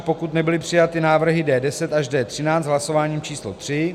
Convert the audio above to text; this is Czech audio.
pokud nebyly přijaty návrhy D10 až D13 hlasováním č. tři